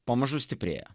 pamažu stiprėja